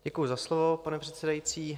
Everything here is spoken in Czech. Děkuji za slovo, pane předsedající.